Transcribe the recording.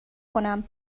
کنم